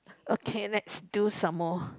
okay let's do some more